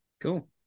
cool